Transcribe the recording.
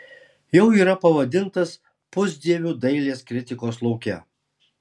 jau yra pavadintas pusdieviu dailės kritikos lauke